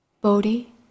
Bodhi